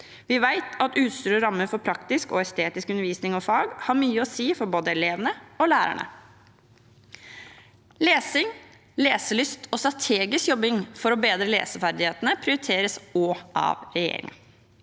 Vi vet at utstyr og rammer for praktisk og estetisk undervisning og fag har mye å si for både elevene og lærerne. Lesing, leselyst og strategisk jobbing for å bedre leseferdighetene prioriteres også av regjeringen.